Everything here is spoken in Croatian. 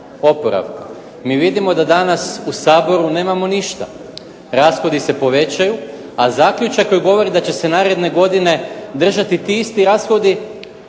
oporavka. Mi vidimo da danas u Saboru nemamo ništa, rashodi se povećaju, a zaključak koji govori da će se naredne godine držati ti isti rashodi